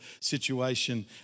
situation